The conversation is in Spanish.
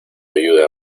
ayuda